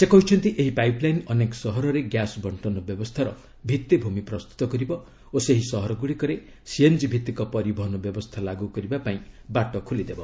ସେ କହିଛନ୍ତି ଏହି ପାଇପ୍ ଲାଇନ୍ ଅନେକ ସହରରେ ଗ୍ୟାସ୍ ବଷ୍ଟନ ବ୍ୟବସ୍ଥାର ଭିତ୍ତିଭୂମି ପ୍ରସ୍ତୁତ କରିବ ଓ ସେହି ସହରଗୁଡ଼ିକରେ ସିଏନ୍ଜି ଭିଭିକ ପରିବହନ ବ୍ୟବସ୍ଥା ଲାଗୁ କରିବା ପାଇଁ ବାଟ ଖୋଲିଦେବ